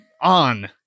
on